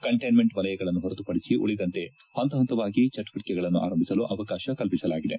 ಕಂಟೇನ್ಕೆಂಟ್ವಲಯಗಳನ್ನು ಹೊರತುಪಡಿಸಿ ಉಳಿದೆಡೆ ಪಂತ ಪಂತವಾಗಿ ಚಟುವಟಿಕೆಗಳನ್ನು ಆರಂಭಿಸಲು ಅವಕಾಶ ಕಲ್ಪಿಸಲಾಗಿದೆ